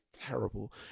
terrible